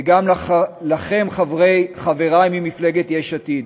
וגם לכם, חברי ממפלגת יש עתיד,